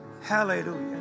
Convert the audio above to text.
Hallelujah